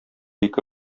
ике